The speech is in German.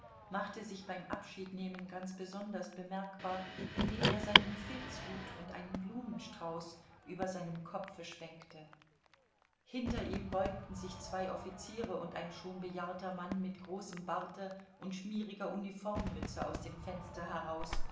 machte sich beim abschiednehmen ganz besonders bemerkbar indem er seinen filzhut und einen blumenstrauß über seinem kopfe schwenkte hinter ihm beugten sich zwei offiziere und ein schon bejahrter mann mit großem barte und schmieriger uniformmütze aus dem fenster heraus